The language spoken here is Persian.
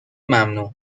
ممنوع